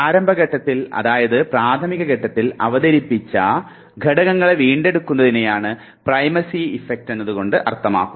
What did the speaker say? പ്രാരംഭ ഘട്ടത്തിൽ അതായത് പ്രാഥമിക ഘട്ടത്തിൽ അവതരിപ്പിച്ച ഘടകങ്ങളെ വീണ്ടെടുക്കുന്നതിനെയാണ് പ്രൈമസി ഇഫക്റ്റ് എന്നതുകൊണ്ട് അർത്ഥമാക്കുന്നത്